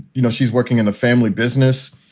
you know, she's working in the family business.